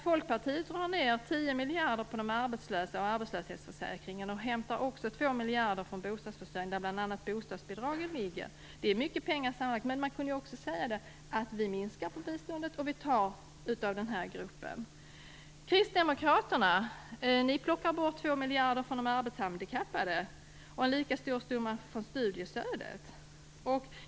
Folkpartiet drar ned 10 miljarder på de arbetslösa och arbetslöshetsförsäkringen och hämtar också 2 miljarder från bostadsförsörjningen, där bl.a. bostadsbidragen ligger. Det är mycket pengar sammanlagt. Man kunde väl då också ha sagt: Vi minskar inte biståndet, men vi tar från den här gruppen. Kristdemokraterna plockar bort 2 miljarder från de arbetshandikappade och en lika stor summa från studiestödet.